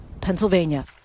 Pennsylvania